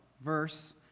verse